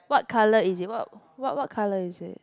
what colour is it what what what colour is it